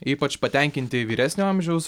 ypač patenkinti vyresnio amžiaus